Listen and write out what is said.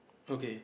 okay